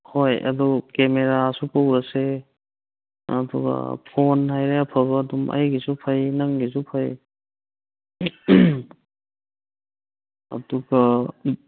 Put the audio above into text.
ꯍꯣꯏ ꯑꯗꯨ ꯀꯦꯃꯦꯔꯥꯁꯨ ꯄꯨꯔꯁꯦ ꯑꯗꯨꯒ ꯐꯣꯟ ꯍꯥꯏꯔꯦ ꯑꯐꯕ ꯑꯗꯨꯝ ꯑꯩꯒꯤꯁꯨ ꯐꯩ ꯅꯪꯒꯤꯁꯨ ꯐꯩ ꯑꯗꯨꯒ